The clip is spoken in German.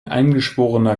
eingeschworener